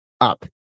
up